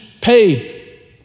paid